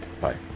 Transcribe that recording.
Bye